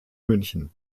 münchen